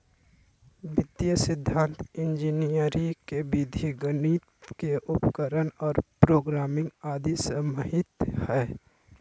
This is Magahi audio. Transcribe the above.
वित्तीय सिद्धान्त इंजीनियरी के विधि गणित के उपकरण और प्रोग्रामिंग आदि समाहित हइ